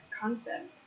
concept